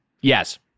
Yes